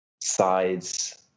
Sides